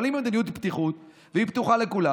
אבל אם המדיניות היא פתיחות וזה פתוח לכולם,